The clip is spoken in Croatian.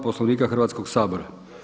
Poslovnika Hrvatskoga sabora.